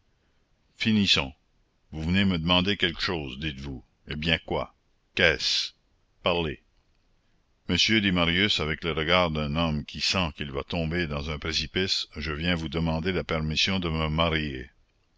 finissons vous venez me demander quelque chose dites-vous eh bien quoi qu'est-ce parlez monsieur dit marius avec le regard d'un homme qui sent qu'il va tomber dans un précipice je viens vous demander la permission de me marier